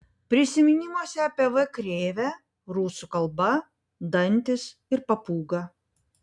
prisiminimuose apie v krėvę rusų kalba dantys ir papūga